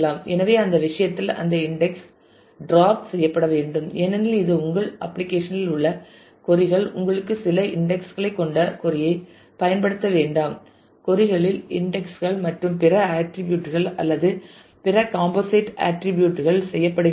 எனவே அந்த விஷயத்தில் அந்த இன்டெக்ஸ் ட்ராப் செய்யப்பட வேண்டும் ஏனெனில் இது உங்கள் அப்ளிகேஷன் இல் உள்ள கொறி கள் உங்களுக்கு சில இன்டெக்ஸ் களைக் கொண்ட கொறி ஐ பயன்படுத்த வேண்டாம் கொறி களில் இன்டெக்ஸ் கள் மேலும் பிற ஆட்டிரிபியூட் கள் அல்லது பிற காம்போசைட் ஆட்டிரிபியூட் கள் செய்யப்படுகின்றன